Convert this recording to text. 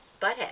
butthead